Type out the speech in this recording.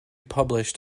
published